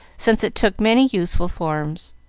since it took many useful forms.